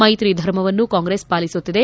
ಮೈತ್ರಿ ಧರ್ಮವನ್ನು ಕಾಂಗ್ರೆಸ್ ಪಾಲಿಸುತ್ತಿದೆ